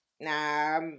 Nah